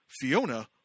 Fiona